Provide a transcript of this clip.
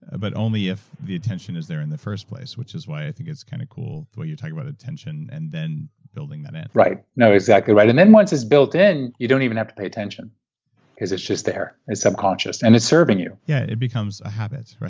but only if the attention is there in the first place, which is why i think it's kind of cool the way you talk about attention and then building that in. right. no, exactly right. and then once it's build in, you don't even have to pay attention because it's just there. it's subconscious and it's serving you. yeah, it becomes a habit, right?